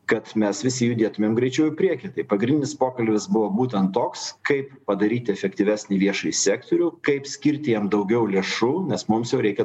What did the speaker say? kad mes visi judėtumėm greičiau į priekį tai pagrindinis pokalbis buvo būtent toks kaip padaryti efektyvesnį viešąjį sektorių kaip skirti jam daugiau lėšų nes mums jau reikia